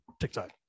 TikTok